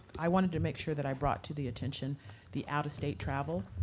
i wanted to make sure that i brought to the attention the out-of-state travel.